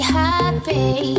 happy